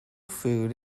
food